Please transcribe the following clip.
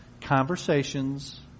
conversations